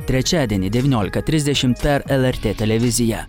trečiadienį devyniolika trisdešimt per el er tė televiziją